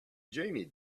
jamie